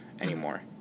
anymore